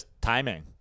timing